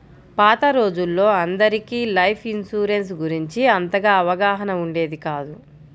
పాత రోజుల్లో అందరికీ లైఫ్ ఇన్సూరెన్స్ గురించి అంతగా అవగాహన ఉండేది కాదు